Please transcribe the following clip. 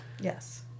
Yes